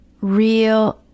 Real